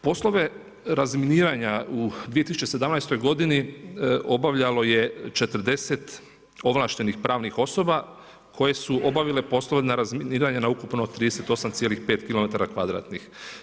Poslove razminiranja u 2017. g. obavljalo je 40 ovlaštenih pravnih osoba, koje su obavile poslove razminiravanja na ukupno 38,5 km kvadratnih.